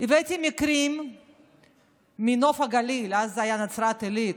הבאתי מקרים מנוף הגליל, אז הייתה נצרת עילית,